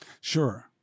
Sure